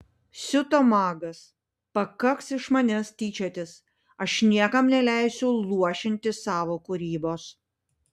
siuto magas pakaks iš manęs tyčiotis aš niekam neleisiu luošinti savo kūrybos